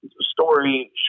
story